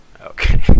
Okay